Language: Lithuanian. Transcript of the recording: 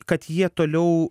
kad jie toliau